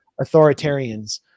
authoritarians